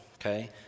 okay